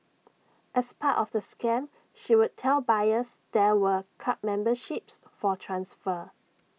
as part of the scam she would tell buyers there were club memberships for transfer